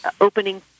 opening